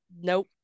Nope